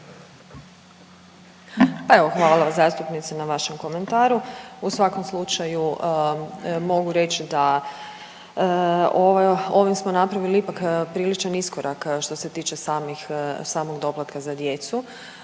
vam zastupnice na vašem komentaru. U svakom slučaju mogu reći da ovo, ovim smo napravili ipak priličan iskorak što se tiče samih, samog doplatka za djecu.